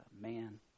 man